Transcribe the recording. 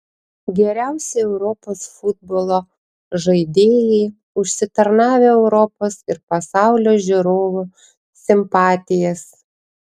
geriausi europos futbolo žaidėjai užsitarnavę europos ir pasaulio žiūrovų simpatijas